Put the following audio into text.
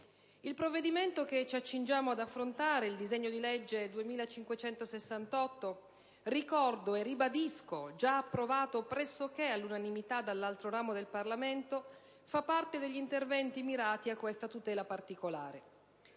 Il provvedimento che ci accingiamo ad affrontare, il disegno di legge n. 2568 - ricordo e ribadisco - già approvato pressoché all'unanimità dall'altro ramo del Parlamento, fa parte degli interventi mirati a questa tutela particolare.